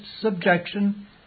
subjection